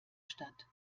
statt